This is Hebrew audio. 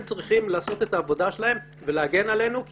הם צריכים לעשות את העבודה שלהם ולהגן עלינו כי